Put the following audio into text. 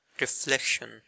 reflection